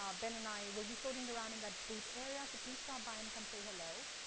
um ben and i will be floating around in that booth area. so please stop by and come say hello.